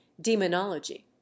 Demonology